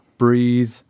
breathe